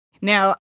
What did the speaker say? Now